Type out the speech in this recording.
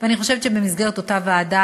ואני חושבת שבמסגרת אותה ועדה,